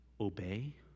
obey